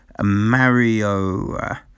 Mario